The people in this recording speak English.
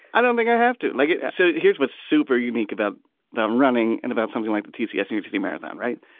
i don't think i have to like it so here's what's super unique about the um running and about something like the t c s near to the marathon. right.